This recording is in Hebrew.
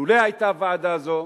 לולא היתה ועדה זו,